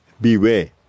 beware